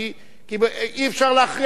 כי אי-אפשר להכריע בחירות,